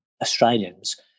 Australians